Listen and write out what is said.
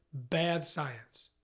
bad science.